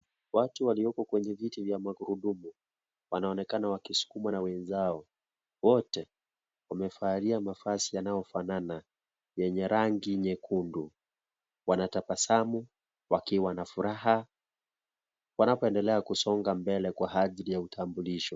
Watu walioko kwenye viti vya magurudumu, wanaonekana wakisukumwa na wenzao, wote wamevalia mavazi yanayo fanana yenye rangi nyekundu. Wanatabasamu wakiwa na furaha wanapoendelea kusonga mbele kwa ajili ya utambulisho.